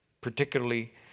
particularly